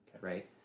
Right